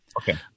Okay